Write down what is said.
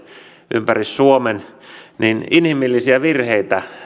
ympäri suomen inhimillisiä virheitä